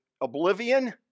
oblivion